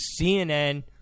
CNN